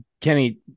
Kenny